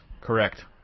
correct